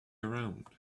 around